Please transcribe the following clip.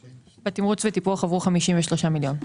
בתמרוץ וטיפול הועברו 53 מיליון.